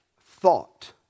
thought